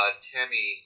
tammy